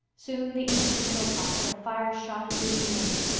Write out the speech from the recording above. soon the eastern hilltops had a fire-shot ruby rim.